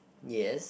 yes